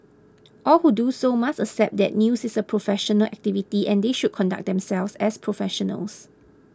all who do so must accept that news is a professional activity and they should conduct themselves as professionals